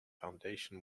foundation